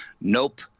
Nope